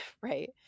right